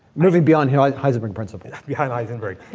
moving beyond like heisenberg principle. behind heisenberg,